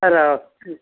hello ಕ್